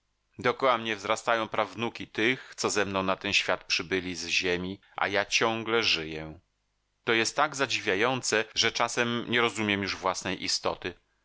mnie wzrastają prawnuki tych co ze mną na ten świat przybyli z ziemi a ja ciągle żyję to jest tak zadziwiające że czasem nie rozumiem już własnej istoty